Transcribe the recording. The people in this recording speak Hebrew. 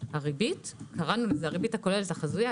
הריבית קראנו לזה הריבית הכוללת החזויה.